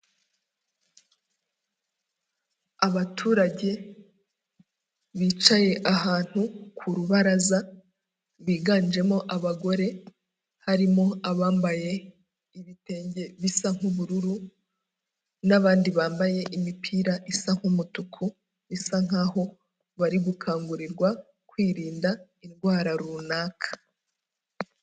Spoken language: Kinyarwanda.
Abaturage bicaye ahantu ku rubaraza biganjemo abagore, harimo abambaye ibitenge bisa nk'ubururu n'abandi bambaye imipira isa nk'umutuku, bisa nkaho bari gukangurirwa kwirinda indwara runaka.